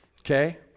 Okay